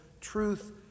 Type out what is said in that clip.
Truth